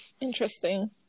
Interesting